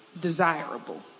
desirable